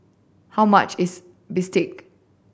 how much is bistake